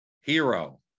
Hero